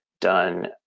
done